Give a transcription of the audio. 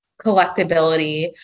collectability